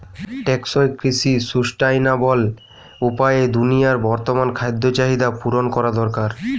টেকসই কৃষি সুস্টাইনাবল উপায়ে দুনিয়ার বর্তমান খাদ্য চাহিদা পূরণ করা দরকার